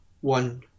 one